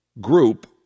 group